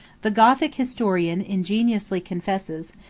the gothic historian ingenuously confesses,